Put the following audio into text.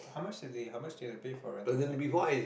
how much is the how much is the pay for rental side